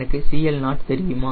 எனக்கு CL0 தெரியுமா